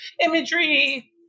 imagery